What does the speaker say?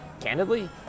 candidly